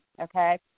okay